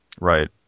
Right